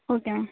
okay